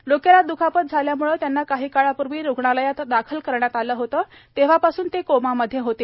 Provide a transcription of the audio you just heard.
डोक्याला द्खापत झाल्यामुळे त्यांना रुग्णालयात दाखल करण्यात आलं होतं तेव्हापासून ते कोमामध्ये होते